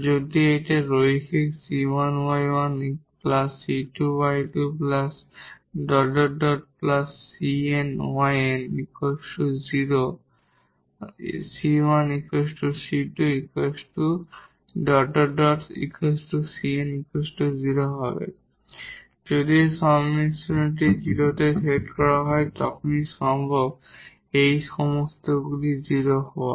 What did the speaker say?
যদি এই লিনিয়ার যদি এই সংমিশ্রণটি 0 এ সেট করা হয় তখনই সম্ভব যখন এই সমস্ত c গুলি 0 হওয়া